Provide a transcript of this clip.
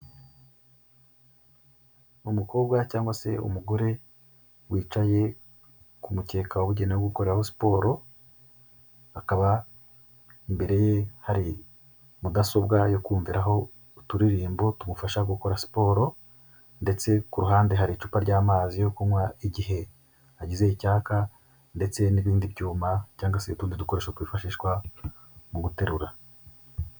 Ni umukobwa cyangwa se umugore wicaye ku mukeka wabugenewe wo gukoreraho sport. Akaba imbere ye hari mudasobwa yo kumviraho uturirimbo tumufasha gukora siporo, ndetse ku ruhande hari icupa ry'amazi yo kunywa igihe agize icyaka ndetse n'ibindi byuma cyangwa se utundi dukoresho twifashishwa mu guterura.